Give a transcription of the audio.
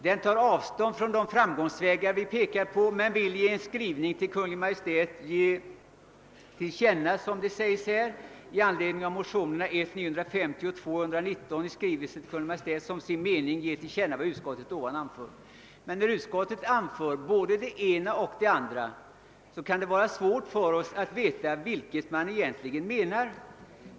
Man tar där avstånd från de framkomstvägar som vi pekar på, och hemställer »att riksdagen i anledning av motionerna I: 950 och II: 1119 i skrivelse till Kungl. Maj:t som sin mening ger till känna vad utskottet ovan anfört«. Utskottets hänvisningar till två olika håll gör det svårt för oss att veta vad man egentligen menar.